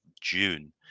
june